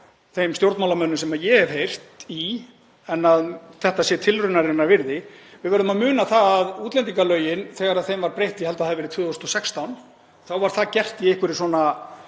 þeim stjórnmálamönnum sem ég hef heyrt í en að þetta sé tilraunarinnar virði. Við verðum að muna það að útlendingalögin, þegar þeim var breytt, ég held það hafi verið 2016, þá var það gert í einhverri svona